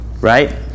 right